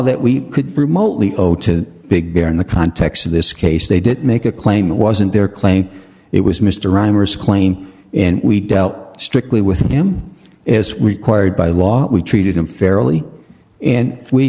that we could remotely zero to big bear in the context of this case they didn't make a claim it wasn't their claim it was mr reimers claim and we dealt strictly with him as required by law we treated unfairly and we